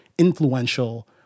influential